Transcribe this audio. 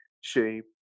shape